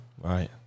right